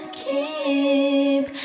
keep